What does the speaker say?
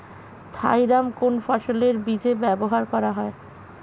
Thiram কোন ফসলের বীজে ব্যবহার করা হয়?